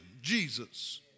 Jesus